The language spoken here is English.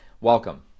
Welcome